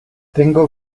tengo